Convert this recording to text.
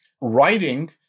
writing